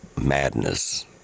madness